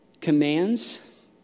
commands